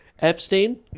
Epstein